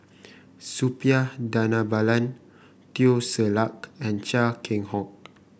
Suppiah Dhanabalan Teo Ser Luck and Chia Keng Hock